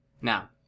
Now